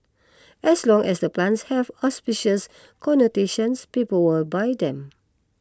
as long as the plants have auspicious connotations people will buy them